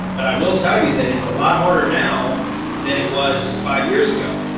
but i will tell you that it's a lot harder now than it was five years ago,